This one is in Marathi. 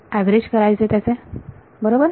ऍव्हरेज करायचे त्याचे बरोबर